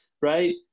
right